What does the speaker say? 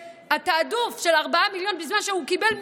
שהתיעדוף של 4 מיליון שקלים,